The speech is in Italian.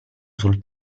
sul